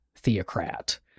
theocrat